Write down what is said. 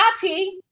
Tati